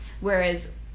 whereas